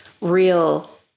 real